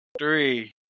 Three